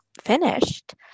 finished